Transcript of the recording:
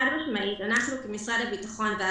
המטרה של מנכ"ל משרד הביטחון היא